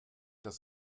das